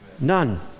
None